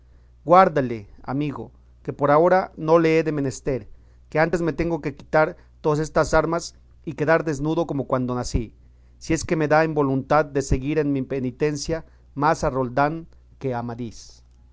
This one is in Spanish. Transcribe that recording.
guárdale amigo que por ahora no le he menester que antes me tengo de quitar todas estas armas y quedar desnudo como cuando nací si es que me da en voluntad de seguir en mi penitencia más a roldán que